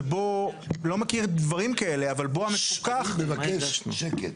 שבו לא מכיר דברים כאלה אבל בוא -- אני מבקש שקט,